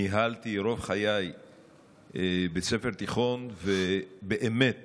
ניהלתי רוב חיי בית ספר תיכון, ובאמת